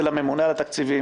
ולך זה לממונה על התקציבים,